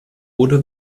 wurde